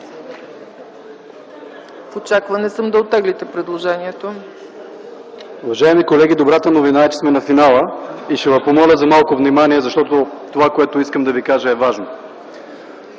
В очакване съм да оттеглите предложението. ДИМЧО МИХАЛЕВСКИ (КБ): Уважаеми колеги, добрата новина е, че сме на финала и ще ви помоля за малко внимание, защото това, което искам да ви кажа, е важно.